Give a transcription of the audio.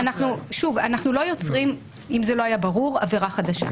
אנחנו לא יוצרים אם זה לא היה ברור עבירה חדשה.